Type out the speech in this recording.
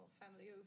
family